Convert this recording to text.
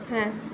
হ্যাঁ